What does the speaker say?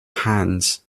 hands